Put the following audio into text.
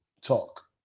talk